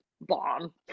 bomb